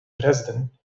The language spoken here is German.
dresden